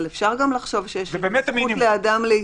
אבל אפשר גם לחשוב שיש זכות לאדם להתאוורר